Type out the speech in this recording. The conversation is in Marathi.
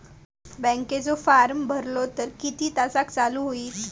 बँकेचो फार्म भरलो तर किती तासाक चालू होईत?